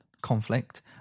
conflict